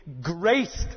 graced